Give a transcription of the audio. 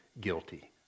guilty